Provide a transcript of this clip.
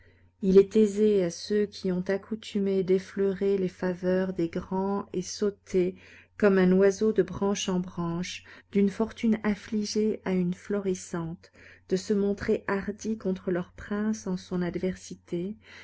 il est aysé à ceux qui ont accoutumé d'effleurer les faveurs des grands et saulter comme un oiseau de branche en branche d'une fortune affligée à une florissante de se montrer hardis contre leur prince en son adversité